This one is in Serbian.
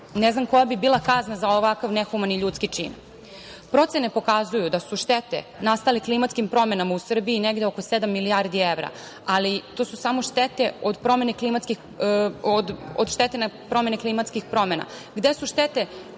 ne znam koja bi bila kazna za ovako nehumani ljudski čin. Procene pokazuju da su štete nastale klimatskim promenama u Srbiji negde oko sedam milijardi evra, ali to su samo štete od klimatskih promena.